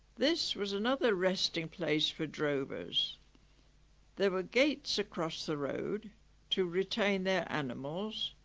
this was another resting place for drovers there were gates across the road to retain their animals,